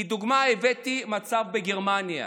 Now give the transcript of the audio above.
כדוגמה הבאתי את המצב בגרמניה.